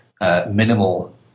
minimal